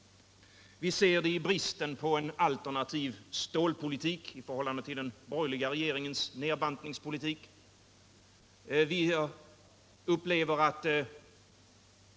Vi ser attityden i bristen på en alternativ stålpolitik i förhållande till den borgerliga regeringens nedbantningspolitik.